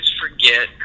forget